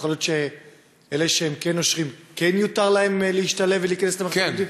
יכול להיות שאלה שהם כן נושרים כן יוּתר להם להשתלב ולהיכנס ללימודים?